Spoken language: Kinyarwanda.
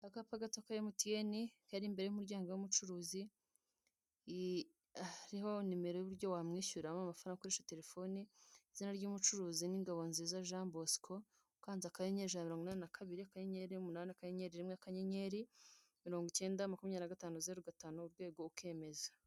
Akapa gato ka emutiyeni kari imbere y'umuryango w'umucuruzi hariho nimero y'uburyo wamwishyuraho amafaranga ukoresheje telefone izina ry'umucuruzi ni Ngabonziza Jean Bosco ukanze akanyenyeri ijana na mirongo inani na kabiri akanyenyeri umunani akanyenyeri rimwe akanyenyeri mirongo ikenda makumyabiri na gatanu zeru gatanu urwego ukemeza.